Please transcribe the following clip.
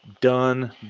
done